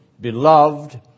beloved